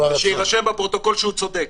שיירשם בפרוטוקול שהוא צודק.